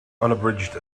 unabridged